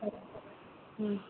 औ